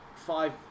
five